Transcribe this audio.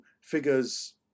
figures